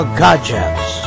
gadgets